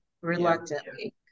reluctantly